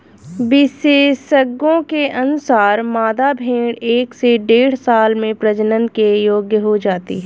विशेषज्ञों के अनुसार, मादा भेंड़ एक से डेढ़ साल में प्रजनन के योग्य हो जाती है